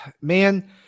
man